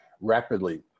rapidly